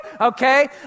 okay